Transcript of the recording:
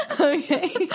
Okay